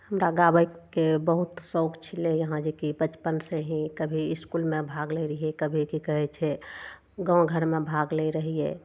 हमरा गाबयके बहुत शौक छलय हँ जे कि बचपनसँ ही कभी इसकुलमे भाग लै रहियै कभी की कहय छै गाँव घरमे भाग लै रहियै